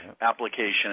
application